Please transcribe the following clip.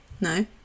no